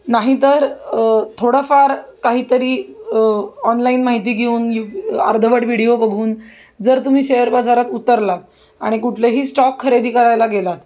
नाही तर थोडाफार काहीतरी ऑनलाईन माहिती घेऊन अर्धवट व्हिडीओ बघून जर तुम्ही शेअर बाजारात उतरलात आणि कुठलेही स्टॉक खरेदी करायला गेलात